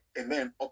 amen